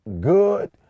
good